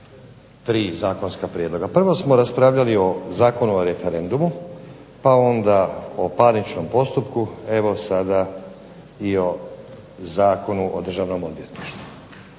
tri zakonska prijedloga. Prvo smo raspravljali o Zakonu o referendumu pa onda o parničnom postupku evo sada i o Zakonu o Državnom odvjetništvu.